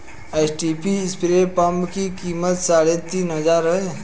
HTP spray pump की कीमत साढ़े तीन हजार है